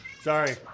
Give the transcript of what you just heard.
Sorry